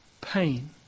pain